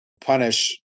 punish